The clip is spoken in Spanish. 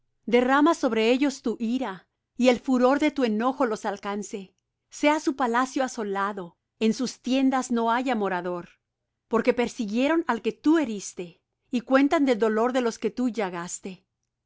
derrama sobre ellos tu ira y el furor de tu enojo los alcance sea su palacio asolado en sus tiendas no haya morador porque persiguieron al que tú heriste y cuentan del dolor de los que tú llagaste pon